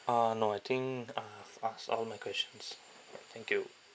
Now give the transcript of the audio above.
uh no I think I've asked all my questions thank you